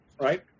right